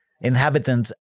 inhabitants